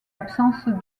absence